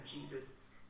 Jesus